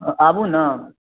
हँ आबु ने